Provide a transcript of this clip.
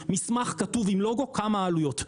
מסמך כתוב עם לוגו כמה העלויות?